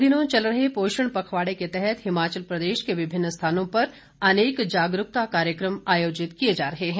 इन दिनों चल रहे पोषण पखवाड़े के तहत हिमाचल प्रदेश के विभिन्न स्थानों पर अनेक जागरूकता कार्यक्रम आयोजित किए जा रहे हैं